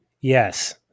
Yes